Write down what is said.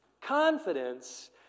confidence